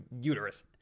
uterus